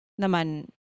naman